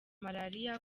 malariya